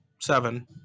seven